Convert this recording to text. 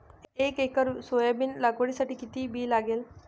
एक acre soybean लागवडीसाठी किती बी लागेल?